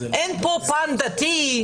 אין פה פן דתי,